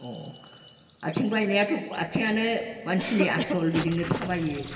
अ आथिं बायनायाथ' आथिङानो मानसिनि आसल बेजोंनो थाबायो